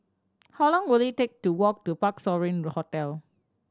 how long will it take to walk to Parc Sovereign Hotel